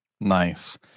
Nice